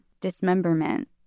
dismemberment